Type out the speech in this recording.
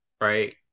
right